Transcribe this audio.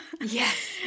Yes